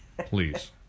Please